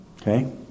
Okay